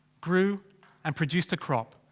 grew and produced a crop.